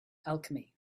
alchemy